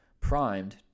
primed